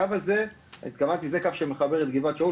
הקו הזה שהתכוונתי זה קו שמחבר את גבעת שאול